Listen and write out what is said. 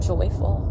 Joyful